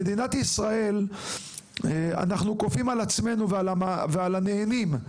במדינת ישראל אנחנו כופים על עצמנו ועל הנהנים,